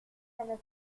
vaccine